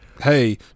hey